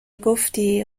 گفتی